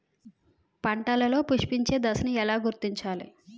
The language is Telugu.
పంటలలో పుష్పించే దశను ఎలా గుర్తించాలి?